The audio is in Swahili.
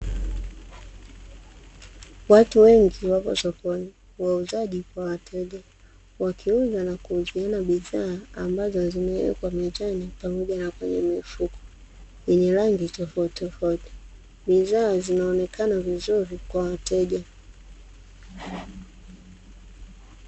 Watu wengi wapo sokoni, wauzaji kwa wateja, wakiuza na kuuziana bidhaa ambazo zimewekwa mezani pamoja na kwenye mifuko, yenye rangi tofautitofauti. Bidhaa zinaonekana vizuri kwa wateja.